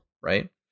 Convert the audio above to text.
right